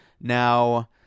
Now